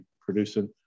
producing